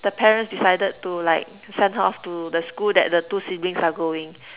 the parents decided to like send her off to the school that the two siblings are going